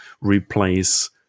replace